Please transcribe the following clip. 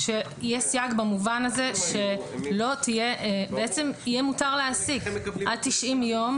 שיהיה סייג במובן שיהיה מותר להעסיק עד 90 יום,